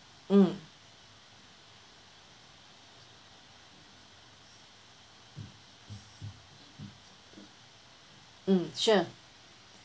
mm mm sure